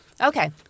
Okay